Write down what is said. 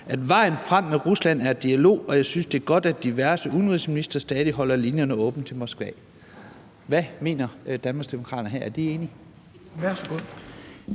»Vejen frem med Rusland er dialog, og jeg synes, det er godt, at diverse udenrigsministre stadig holder linjerne åbne til Moskva.« Hvad mener Danmarksdemokraterne her? Er de enige?